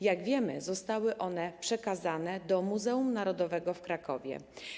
Jak wiemy, zostały one przekazane do Muzeum Narodowego w Krakowie.